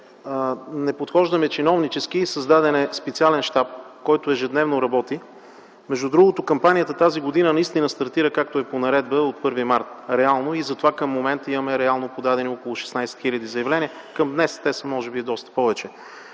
не подхождаме чиновнически. Създаден е специален щаб, който ежедневно работи. Между другото кампанията тази година наистина стартира както е по наредба - от 1 март реално, и затова към момента имаме подадени около 16 хиляди заявления. Към днес те са може би доста повече.